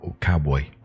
cowboy